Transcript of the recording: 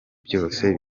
byose